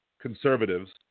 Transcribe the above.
conservatives